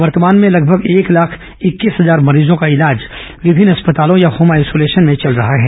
वर्तमान में लगभग एक लाख इक्कीस हजार मरीजों का इलाज विभिन्न अस्पतालों या होम आइसोलेशन में चल रहा है